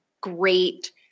great